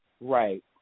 Right